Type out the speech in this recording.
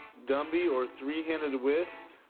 dumby or three-handed whist.